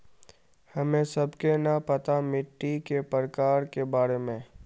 हमें सबके न पता मिट्टी के प्रकार के बारे में?